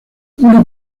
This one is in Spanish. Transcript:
una